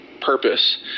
purpose